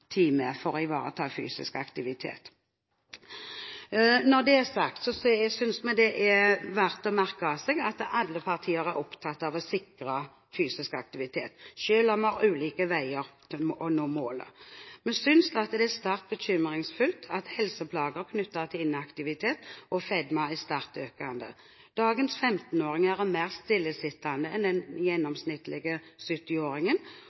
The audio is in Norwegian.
for å ivareta fysisk aktivitet. Når det er sagt, synes vi det er verdt å merke seg at alle partier er opptatt av å sikre fysisk aktivitet, selv om man går ulike veier for å nå målet. Vi synes at det er sterkt bekymringsfullt at helseplager knyttet til inaktivitet og fedme er sterkt økende. Dagens 15-åringer er mer stillesittende enn